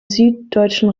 süddeutschen